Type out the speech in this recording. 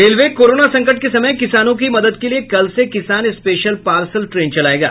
railway corona संकट के समय किसानों की मदद के लिए कल से किसान स्पेशल पार्सल ट्रेन चलायेगा